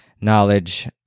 knowledge